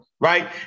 right